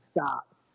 stop